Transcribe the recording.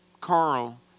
Carl